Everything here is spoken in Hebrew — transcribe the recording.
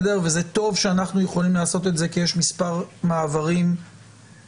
וזה טוב שאנחנו יכולים לעשות את זה כי יש מספר מעברים מצומצם